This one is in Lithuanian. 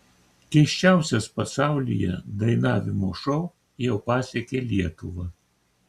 keisčiausias pasaulyje dainavimo šou jau pasiekė lietuvą